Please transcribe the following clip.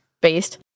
Based